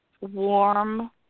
warm